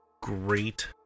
great